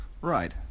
Right